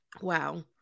wow